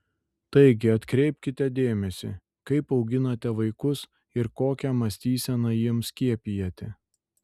taigi atkreipkite dėmesį kaip auginate vaikus ir kokią mąstyseną jiems skiepijate